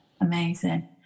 amazing